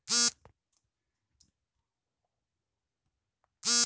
Canara bank ನ ಮುಖ್ಯ ಕಚೇರಿ ಬೆಂಗಳೂರಿನಲ್ಲಿದೆ